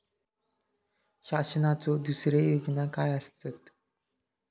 शासनाचो दुसरे योजना काय आसतत?